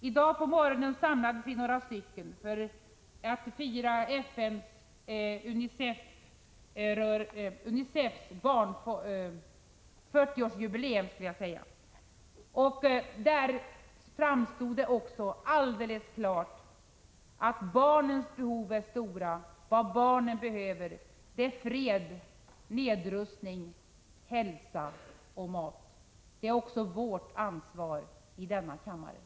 I dag på morgonen samlades vi för att fira UNICEF:s 40-årsjubileum. Därvid framstod det alldeles klart att barnens behov är stora. Vad barnen behöver är fred, nedrustning, hälsa och mat. Det är också vårt ansvar i denna kammare.